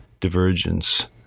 divergence